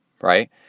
right